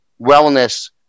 wellness